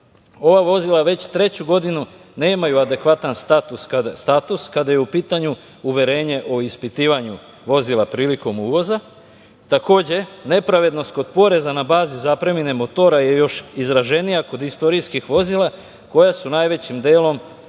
Ova vozila već treću godinu nemaju adekvatan status kada je u pitanju uverenje o ispitivanju vozila prilikom uvoza. Takođe, nepravednost kod poreza na bazi zapremine motora je još izraženija kod istorijskih vozila koja su najvećim delom